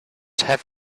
have